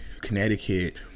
Connecticut